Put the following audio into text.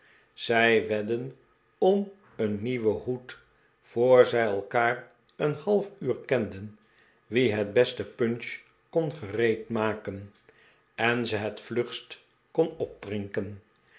zij wedden om een nieuwen hoed voor zij elkaar een half uur kenden wie het beste punch kon gereedmaken en ze het vlugste kon opdrinken